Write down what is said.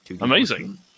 Amazing